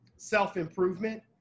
self-improvement